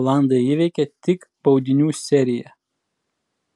olandai įveikė tik baudinių serija